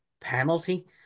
penalty